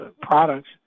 products